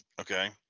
Okay